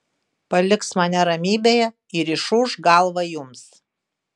paliks mane ramybėje ir išūš galvą jums